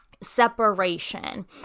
separation